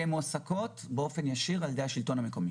והן מועסקות באופן ישיר על ידי השלטון המקומי.